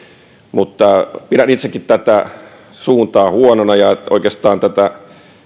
mutta pidän itsekin tätä suuntaa huonona ja oikeastaan tätä